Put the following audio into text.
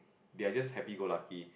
they are just happy go lucky